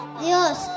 Dios